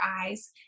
eyes